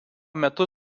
metu